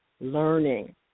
learning